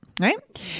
right